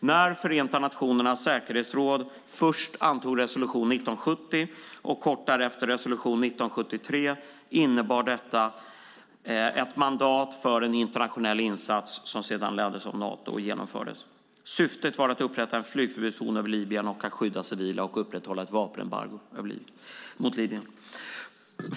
När Förenta nationernas säkerhetsråd först antog resolution 1970 och kort därefter resolution 1973 innebar det ett mandat för en internationell insats som sedan leddes av Nato och genomfördes. Syftet var att upprätta en flygförbudszon över Libyen, att skydda civila och att upprätthålla vapenembargo mot Libyen.